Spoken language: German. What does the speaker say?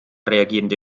reagierende